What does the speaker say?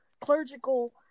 clerical